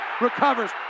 Recovers